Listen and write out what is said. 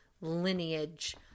lineage